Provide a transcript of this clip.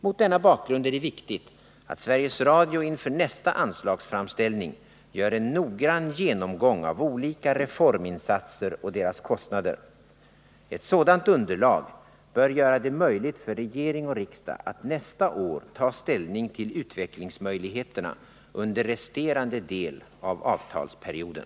Mot denna bakgrund är det viktigt att Sveriges Radio inför nästa anslagsframställning gör en noggrann genomgång av olika reforminsatser och deras kostnader. Ett sådant underlag bör göra det möjligt för regering och riksdag att nästa år ta ställning till utvecklingsmöjligheterna under resterande del av avtalsperioden.